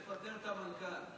שתפטר את המנכ"ל.